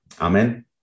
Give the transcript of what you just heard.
Amen